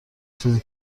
چیزی